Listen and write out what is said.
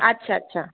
আচ্ছা আচ্ছা